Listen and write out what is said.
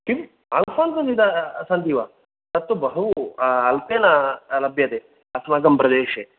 किम् आल्फ़ोन्सो विद सन्ति वा अत्र बहु अल्पेन लभ्यते अस्माकं प्रदेशे